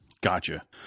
Gotcha